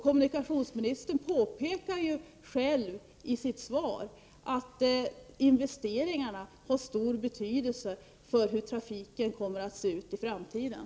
Kommunikationsministern påpekar själv i sitt svar att investeringarna har stor betydelse för hur trafiken kommer att se ut i framtiden.